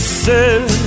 says